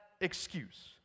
excuse